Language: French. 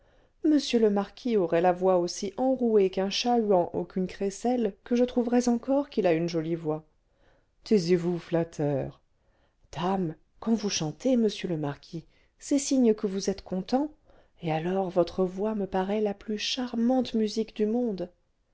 monsieur le marquis aurait la voix aussi enrouée qu'un chat-huant ou qu'une crécelle que je trouverais encore qu'il a une jolie voix taisez-vous flatteur dame quand vous chantez monsieur le marquis c'est signe que vous êtes content et alors votre voix me paraît la plus charmante musique du monde